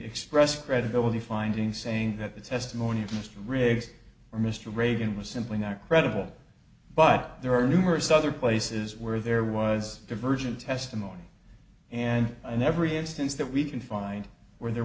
express credibility finding saying that the testimony of mr riggs or mr reagan was simply not credible but there are numerous other places where there was divergent testimony and in every instance that we can find where there